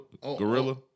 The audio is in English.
gorilla